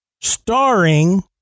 starring